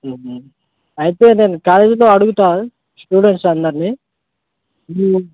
అయితే నేను కాలేజీలో అడుగుతాను స్టూడెంట్స్ అందరినీ